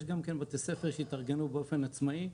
יש גם בתי ספר שהתארגנו באופן עצמאי,